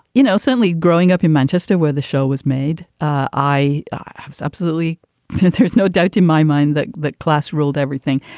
you know, certainly growing up in manchester where the show was made, i i was absolutely there's no doubt in my mind that that class ruled everything.